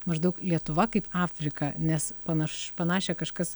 maždaug lietuva kaip afrika nes panaš panašią kažkas